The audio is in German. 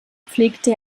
pflegte